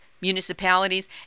municipalities